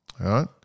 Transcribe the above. right